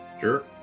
Sure